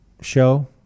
show